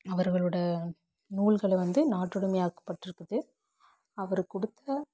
அவர்களோட நூல்கள் வந்து நாட்டுடைமையாக்கப்பட்டிருக்கு அவர் கொடுத்த